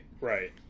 Right